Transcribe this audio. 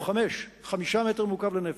הוא 5.5 מטרים מעוקבים לנפש.